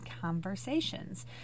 conversations